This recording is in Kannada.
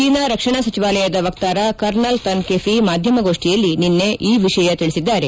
ಚೀನಾ ರಕ್ಷಣಾ ಸಚಿವಾಲಯದ ವಕ್ತಾರ ಕರ್ನಲ್ ತನ್ ಕೆಫಿ ಮಾಧ್ಜಮಗೋಷ್ಠಿಯಲ್ಲಿ ನಿನ್ನೆ ಈ ವಿಷಯ ತಿಳಿಸಿದ್ದಾರೆ